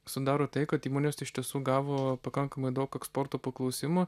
sudaro tai kad įmonės iš tiesų gavo pakankamai daug eksporto paklausimų